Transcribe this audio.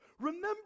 Remember